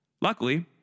Luckily